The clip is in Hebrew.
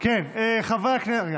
אדוני היושב-ראש,